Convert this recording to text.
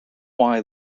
why